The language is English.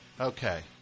Okay